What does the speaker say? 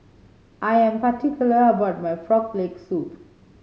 I am particular about my Frog Leg Soup